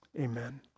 Amen